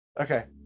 okay